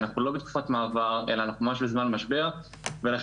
אנחנו לא בתקופת מעבר אלא אנחנו ממש בזמן משבר ולכן